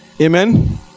Amen